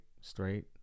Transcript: straight